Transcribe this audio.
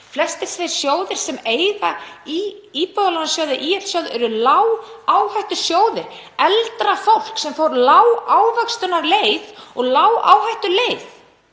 Flestir þeir sjóðir sem eiga í Íbúðalánasjóði, ÍL-sjóði, eru lágáhættusjóðir, eldra fólk sem fór lágávöxtunarleið og lágáhættuleið.